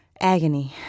Agony